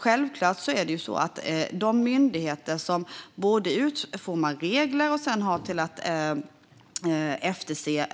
Självklart ska de myndigheter som utformar regler och efterser